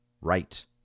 right